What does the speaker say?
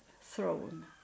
throne